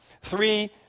three